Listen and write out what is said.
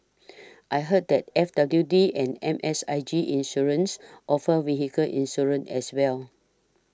I heard that F W D and M S I G Insurance offer vehicle insurance as well